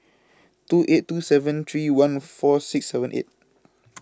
two eight two seven three one four six seven eight